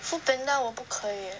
Foodpanda 我不可以 eh